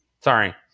Sorry